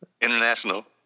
International